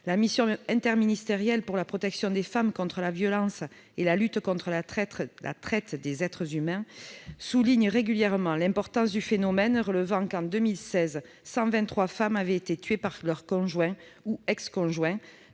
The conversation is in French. La mission interministérielle pour la protection des femmes contre la violence et la lutte contre la traite des êtres humains souligne régulièrement l'importance du phénomène. Pour l'année 2016, elle a ainsi relevé que 123 femmes avaient été tuées par leur conjoint ou ex-conjoint